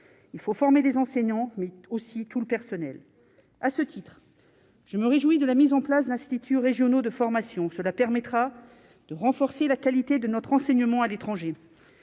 il faut former des enseignants mais aussi tout le personnel, à ce titre, je me réjouis de la mise en place d'instituts régionaux de formation, cela permettra de renforcer la qualité de notre enseignement à l'étranger,